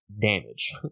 damage